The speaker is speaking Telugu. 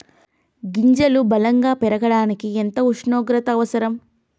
గింజలు బలం గా పెరగడానికి ఎంత ఉష్ణోగ్రత అవసరం?